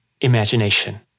imagination